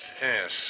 Yes